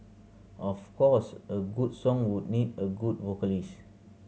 of course a good song would need a good vocalist